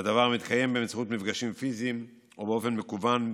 והדבר מתקיים באמצעות מפגשים פיזיים ובאופן מקוון,